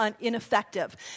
ineffective